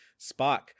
Spock